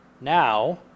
Now